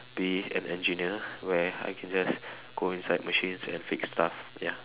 be an engineer where I can just go inside machines and fix stuff ya